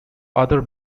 other